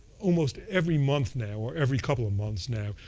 almost every month now or every couple months now,